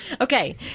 Okay